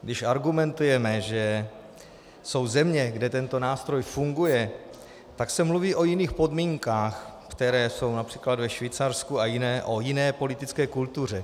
Když argumentujeme, že jsou země, kde tento nástroj funguje, tak se mluví o jiných podmínkách, které jsou, například ve Švýcarsku, a o jiné politické kultuře.